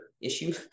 issue